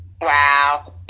Wow